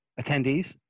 attendees